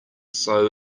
sew